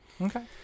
Okay